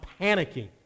panicking